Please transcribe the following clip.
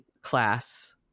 class